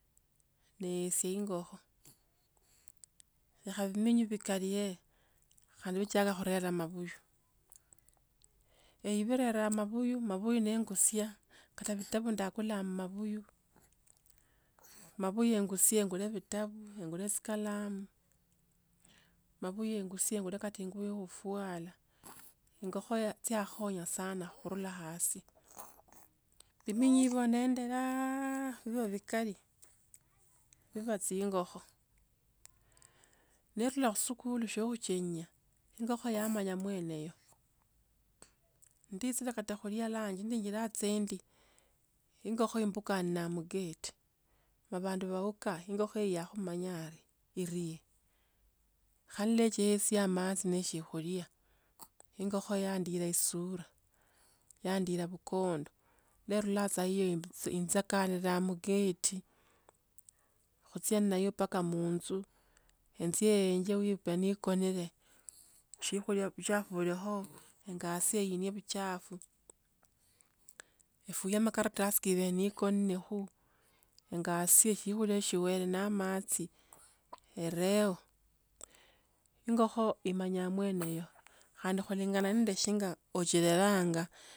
Ne sing'okho, lekha biminywi bikalire, khandi vichakha kulera mabuyu. Ephirera mabuyu mabuyu nengusia, kata vitabu nda kulakhanga mu mabuyu, mabuyu enghusie khule vitabu, enghule chikalamu, mabuyu enghusie khula katinguye ifuala, ingokho yatyakhonya sana khurila asi. Viminywi hivo nendelaaaa viba vikali, viba ching'okho. Nekhula khusukuli sye kuchenya, ingokho yamanya mwene yo. Ndechile kata khulia lunch, ninchinjira tsendi. Ingokho imbukania mgate, mpa bhandu bauka ingokho iya mayai, erii. Khale nechesia maachi nichukhuria, ingokho yaandila sura, yaandila mkondo, ne khula saa hiyo indu injakanilia mu gate. Kutsia nayo mpaka munju, Entsie eje wu bheni ikonile, shikhulia bucha khole kho, ngasie ini buchafu. Efuye makaratasi kibhenyu konilele kho, ngasie siokhulia siweo na matsi, erekho. Ingokho imanyaa mwene oo, khandi kulingana nde shinga uchilereranga.